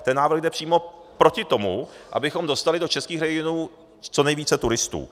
Ten návrh jde přímo proti tomu, abychom dostali do českých regionů co nejvíce turistů.